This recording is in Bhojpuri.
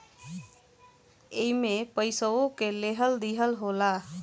एईमे पइसवो के लेहल दीहल होला